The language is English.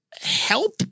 help